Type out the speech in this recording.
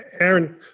Aaron